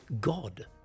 God